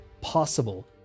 possible